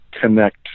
connect